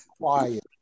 quiet